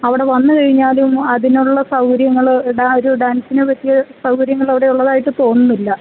അവിടെ വന്നുകഴിഞ്ഞാലും അതിനുള്ള സൗകര്യങ്ങള് ഒരു ഡാൻസിനു പറ്റിയ സൗകര്യങ്ങളവിടെ ഉള്ളതായിട്ട് തോന്നുന്നില്ല